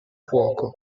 fuoco